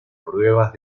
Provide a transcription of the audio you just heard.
pruebas